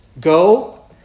Go